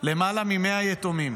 למעלה מ-100 יתומים.